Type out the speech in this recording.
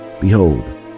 Behold